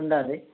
ఉండాది